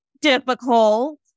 difficult